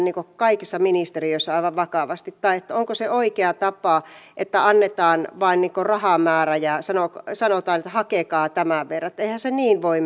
kaikissa ministeriöissä aivan vakavasti tai että onko se oikea tapa että annetaan vain rahamäärä ja sanotaan että hakekaa tämän verran eihän se niin voi